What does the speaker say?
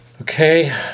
Okay